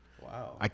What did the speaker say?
Wow